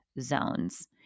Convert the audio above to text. zones